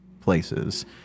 places